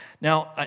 Now